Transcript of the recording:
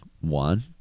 One